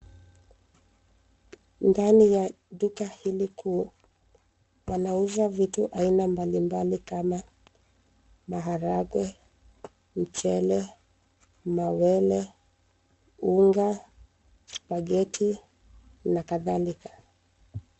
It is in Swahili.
Ndani ya duka hili kuu wanauza vitu aina mbali mbali kama maharagwe, michele, mawele, unga, spaghetti na kadhalika.